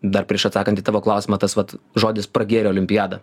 dar prieš atsakant į tavo klausimą tas vat žodis pragėrė olimpiadą